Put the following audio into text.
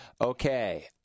Okay